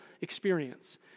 experience